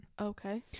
Okay